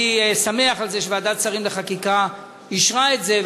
אני שמח שוועדת שרים לחקיקה אישרה את זה,